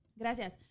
Gracias